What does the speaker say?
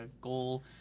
goal